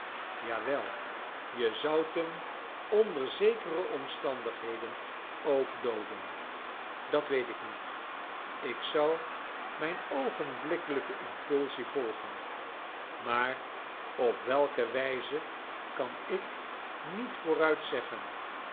wel je zoudt hem onder zekere omstandigheden ook dooden dat weet ik niet ik zou mijn oogenblikkelijke impulsie volgen maar op welke wijze kan ik niet vooruit zeggen